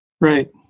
Right